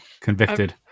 convicted